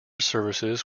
services